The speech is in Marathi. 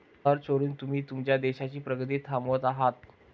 कर चोरून तुम्ही तुमच्या देशाची प्रगती थांबवत आहात